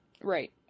right